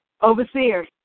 Overseer